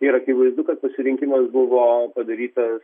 ir akivaizdu kad pasirinkimas buvo padarytas